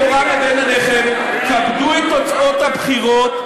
טלו קורה מבין עיניכם, כבדו את תוצאות הבחירות.